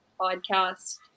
podcast